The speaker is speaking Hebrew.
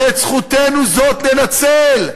"ואת זכותנו זו ננצל.